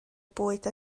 bwyd